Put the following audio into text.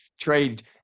Trade